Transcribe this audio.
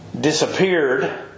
disappeared